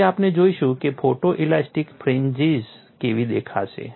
તેથી આપણે જોઈશું કે ફોટોઇલાસ્ટિક ફ્રિન્જિસ કેવી દેખાશે